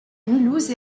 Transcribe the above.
mulhouse